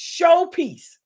showpiece